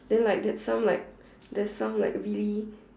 then like that's some like there's some like really